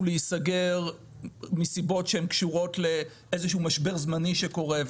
להיסגר מסיבות שקשורות לאיזשהו משבר זמני שקורה,